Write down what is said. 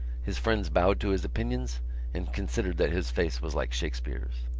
his friends bowed to his opinions and considered that his face was like shakespeare's.